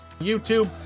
YouTube